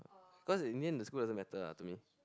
cause in the end the school doesn't matter ah to me